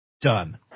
done